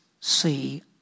see